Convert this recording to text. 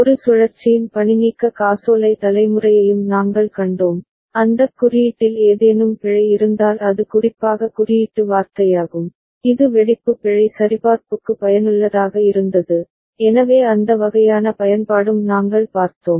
ஒரு சுழற்சியின் பணிநீக்க காசோலை தலைமுறையையும் நாங்கள் கண்டோம் அந்தக் குறியீட்டில் ஏதேனும் பிழை இருந்தால் அது குறிப்பாக குறியீட்டு வார்த்தையாகும் இது வெடிப்பு பிழை சரிபார்ப்புக்கு பயனுள்ளதாக இருந்தது எனவே அந்த வகையான பயன்பாடும் நாங்கள் பார்த்தோம்